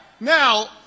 now